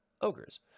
Ogres